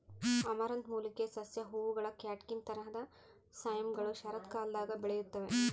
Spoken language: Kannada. ಅಮರಂಥ್ ಮೂಲಿಕೆಯ ಸಸ್ಯ ಹೂವುಗಳ ಕ್ಯಾಟ್ಕಿನ್ ತರಹದ ಸೈಮ್ಗಳು ಶರತ್ಕಾಲದಾಗ ಬೆಳೆಯುತ್ತವೆ